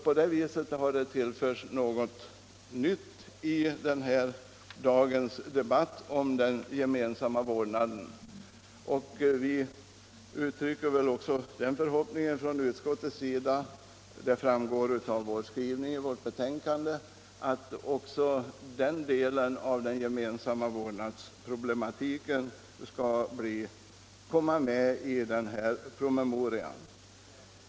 På det viset har det tillförts något nytt i den här dagens debatt om den gemensamma vårdnaden. Vi uttrycker den förhoppningen från utskottets sida — det framgår av skrivningen i vårt betänkande — att också den delen av problematiken rörande den gemensamma vårdnaden skall behandlas i den väntade promemorian.